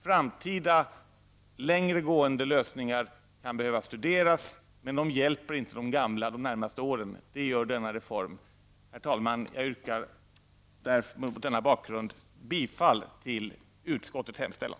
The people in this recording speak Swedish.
Framtida längre gående lösningar kan behövas studeras, men de hjälper inte de gamla de närmaste åren. Det gör den reform som vi nu skall fatta beslut om. Herr talman! Jag yrkar mot denna bakgrund bifall till utskottets hemställan.